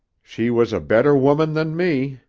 she was a better woman than me,